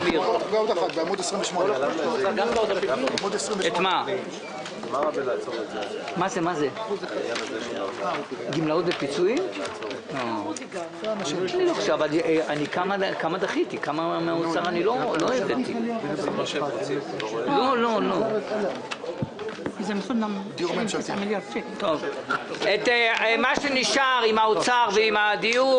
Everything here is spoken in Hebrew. עוד הודעה אחת בעמוד 28. מה שנשאר עם האוצר ועם הדיור